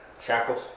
Shackles